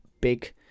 big